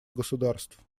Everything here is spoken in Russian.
государств